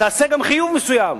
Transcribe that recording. תעשה גם חיוב מסוים.